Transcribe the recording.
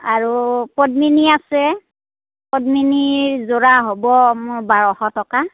আৰু পদ্মিনী আছে পদ্মিনীৰ জোৰা হ'ব মোৰ বাৰশ টকা